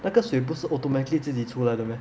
那个水不是 automatically 自己出来的 meh